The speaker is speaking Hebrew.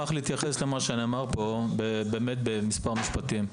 אני אשמח להתייחס למה שנאמר פה במספר משפטים.